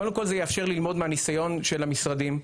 קודם כל זה יאפשר ללמוד מהניסיון של המשרדים,